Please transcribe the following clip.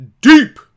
deep